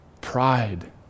pride